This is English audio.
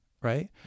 right